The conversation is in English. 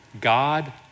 God